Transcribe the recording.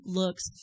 looks